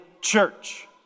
church